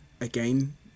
again